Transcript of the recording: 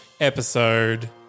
episode